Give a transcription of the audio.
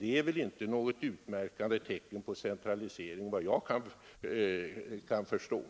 är väl inte något utmärkande tecken på decentralisering, vad jag kan förstå.